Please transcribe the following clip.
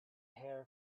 hair